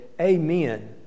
Amen